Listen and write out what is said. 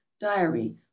diary